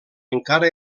encara